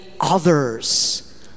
others